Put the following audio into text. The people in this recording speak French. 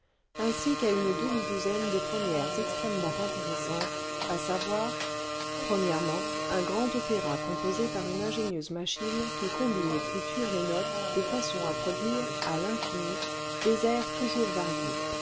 ainsi qu'à une demi-douzaine de premières extrêmement intéressantes à savoir un grand opéra composé par une ingénieuse machine qui combine et triture les notes de façon à produire à l'infini des airs toujours variés